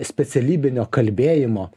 specialybinio kalbėjimo